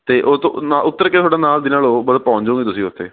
ਅਤੇ ਉਹ ਤੋਂ ਨਾ ਉਤਰ ਕੇ ਤੁਹਾਡਾ ਨਾਲ ਦੀ ਨਾਲ ਉਹ ਮਤਲਬ ਪਹੁੰਚ ਜਾਓਗੇ ਤੁਸੀਂ ਉੱਥੇ